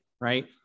right